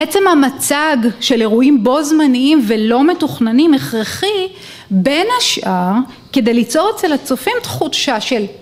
בעצם המצג של אירועים בו זמניים ולא מתוכננים הכרחי בין השאר כדי ליצור אצל הצופים תחושה של